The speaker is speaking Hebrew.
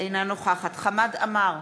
אינה נוכחת חמד עמאר,